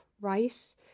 right